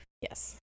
Yes